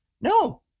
No